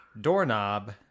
doorknob